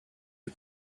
you